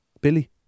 Billy